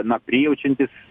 na prijaučiantys